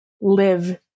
live